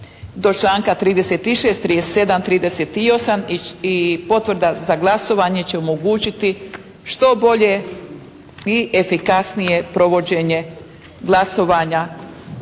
do članka 36., 37., 38. i potvrda za glasovanje će omogućiti što bolje i efikasnije provođenje glasovanja